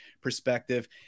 perspective